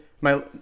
my-